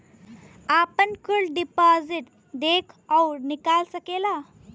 आपन कुल डिपाजिट देख अउर निकाल सकेला